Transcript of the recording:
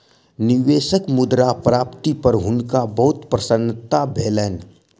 निवेशक मुद्रा प्राप्ति पर हुनका बहुत प्रसन्नता भेलैन